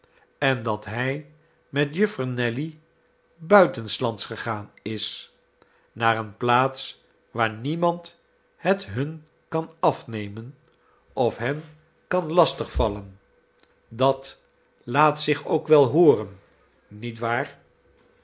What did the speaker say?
en dat hij met juffer nelly buitenslands gegaan is naar eene plaats waar niemand het hun kan afnemen of hen kan lastig vallen dat laat zich ook wel hooren niet waar